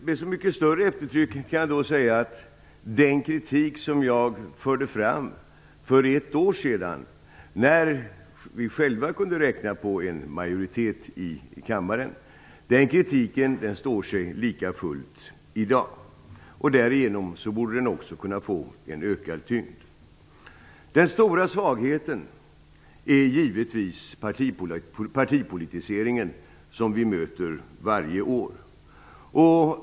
Med så mycket större eftertryck kan jag då säga att den kritik som jag förde fram för ett år sedan, när vi själva kunde räkna med en majoritet i kammaren, står sig i dag. Därigenom borde den också få ökad tyngd. Den stora svagheten är givetvis partipolitiseringen, som vi möter varje år.